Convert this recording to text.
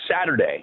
Saturday